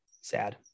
Sad